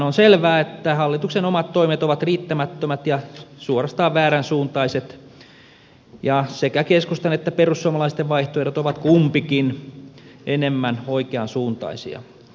on selvää että hallituksen omat toimet ovat riittämättömät ja suorastaan vääränsuuntaiset ja sekä keskustan että perussuomalaisten vaihtoehdot ovat kumpikin enemmän oikeansuuntaisia